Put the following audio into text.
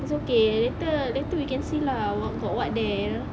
it's okay later later we can see lah got what there